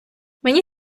мені